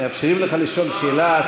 מאפשרים לך לשאול שאלה.